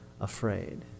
afraid